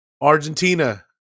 Argentina